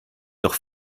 doch